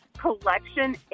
collection